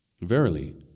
Verily